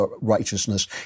righteousness